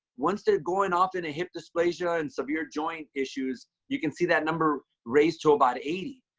once they're going off in a hip dysplasia and severe joint issues, you can see that number raised to about eighty.